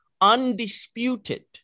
undisputed